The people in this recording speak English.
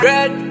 Red